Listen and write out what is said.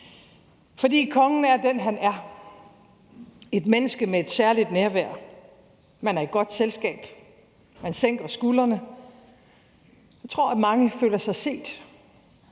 fordi kongen er den, han er: et menneske med et særligt nærvær. Man er i godt selskab, man sænker skuldrene, og jeg tror, at mange føler sig set.